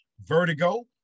vertigo